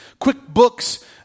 QuickBooks